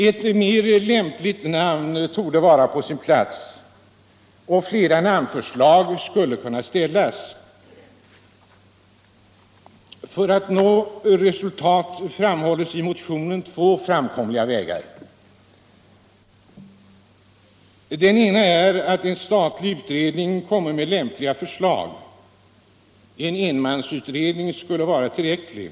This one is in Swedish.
Ett mer lämpligt namn torde vara på sin plats, och flera namnförslag skulle kunna ställas. För att nå resultat framhålles i motionen två framkomliga vägar. Den ena är att en statlig utredning komme med lämpliga förslag. En enmansutredning skulle vara tillräcklig.